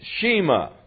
shema